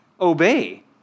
obey